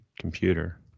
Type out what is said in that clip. computer